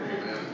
Amen